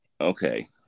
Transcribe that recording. Okay